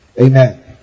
Amen